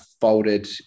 folded